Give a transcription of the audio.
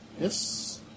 yes